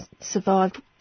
survived